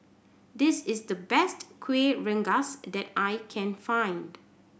this is the best Kueh Rengas that I can find